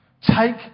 Take